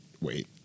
wait